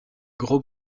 gros